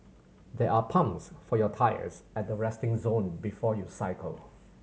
there are pumps for your tyres at the resting zone before you cycle